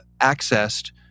accessed